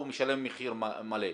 הוא משלם מחיר מלא,